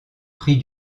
prix